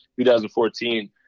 2014